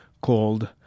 called